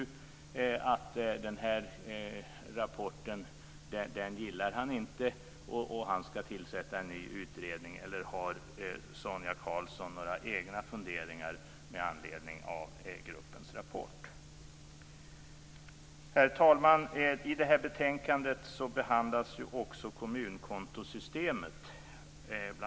Han gillar inte den här rapporten, och han ska tillsätta en ny utredning. Eller har Sonia Karlsson några egna funderingar med anledning av gruppens rapport? Herr talman! I det här betänkandet behandlas också kommunkontosystemet.